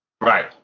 Right